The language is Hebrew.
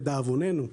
לדאבוננו,